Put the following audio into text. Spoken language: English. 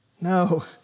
No